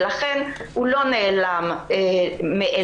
ולכן הוא לא נעלם מאליו.